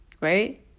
right